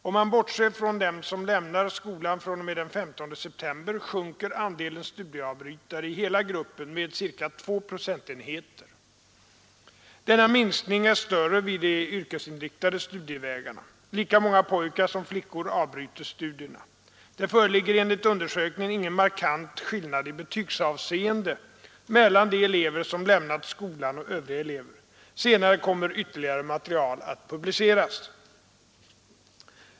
Om man bortser från dem som lämnar skolan fram t.o.m. den 15 september sjunker andelen studieavbrytare i hela gruppen med ca 2 procentenheter. Denna minskning är större vid de yrkesinriktade studievägarna. Lika många pojkar som flickor avbryter studierna. Det föreligger enligt undersökningen ingen markant skillnad i betygsavseende mellan de elever som lämnat skolan och övriga elever. Senare kommer ytterligare material att publiceras.